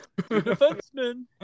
defenseman